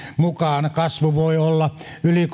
mukaan kasvu voi olla yli